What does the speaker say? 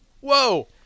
Whoa